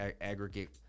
aggregate